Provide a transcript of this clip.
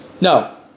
No